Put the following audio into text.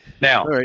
Now